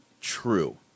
True